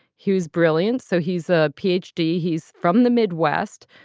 he was brilliant. so he's a p. h. d. he's from the midwest.